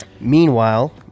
Meanwhile